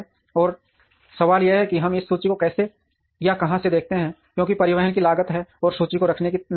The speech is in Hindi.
और सवाल यह है कि हम इस सूची को कैसे या कहां से देखते हैं क्योंकि परिवहन की लागत है और सूची को रखने की लागत है